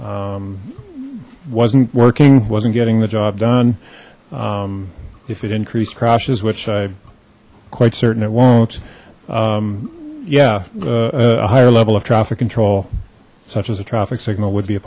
issue wasn't working wasn't getting the job done if it increased crashes which i quite certain it won't yeah a higher level of traffic control such as a traffic signal would be a